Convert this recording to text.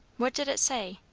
what did it say?